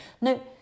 no